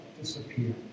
disappear